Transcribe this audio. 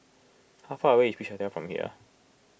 how far away is Beach Hotel from here